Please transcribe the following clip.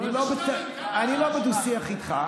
אני לא בדו-שיח איתך,